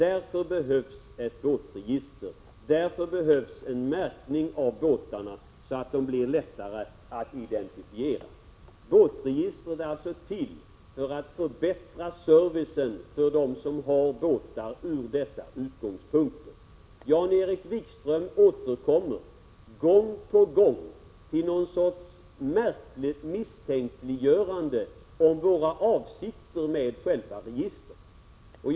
Därför behövs ett båtregister, därför behövs en märkning av båtarna så att de blir lättare att identifiera. Båtregistret är alltså till för att förbättra servicen i dessa avseenden för dem som har båtar. Jan-Erik Wikström återkommer gång på gång till ett märkligt misstänklig görande av vårå avsikter med själva registret.